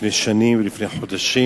לפני שנים ולפני חודשים,